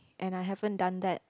and I haven't done that